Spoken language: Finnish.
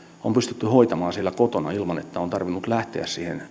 on pystytty hoitamaan siellä kotona ilman että on tarvinnut lähteä